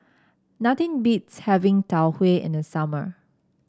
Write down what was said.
nothing beats having Tau Huay in the summer